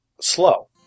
slow